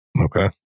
Okay